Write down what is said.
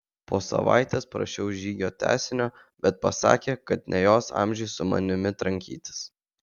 po savaitės prašiau žygio tęsinio bet pasakė kad ne jos amžiui su manimi trankytis